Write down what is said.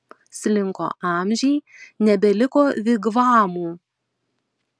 slinko amžiai nebeliko vigvamų